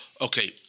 okay